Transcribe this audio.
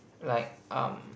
like um